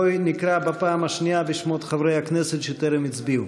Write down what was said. בואי נקרא בפעם השנייה בשמות חברי הכנסת שטרם הצביעו.